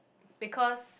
because